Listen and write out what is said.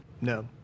No